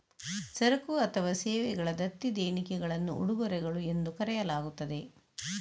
ಸರಕು ಅಥವಾ ಸೇವೆಗಳ ದತ್ತಿ ದೇಣಿಗೆಗಳನ್ನು ಉಡುಗೊರೆಗಳು ಎಂದು ಕರೆಯಲಾಗುತ್ತದೆ